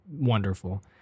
wonderful